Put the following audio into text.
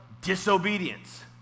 disobedience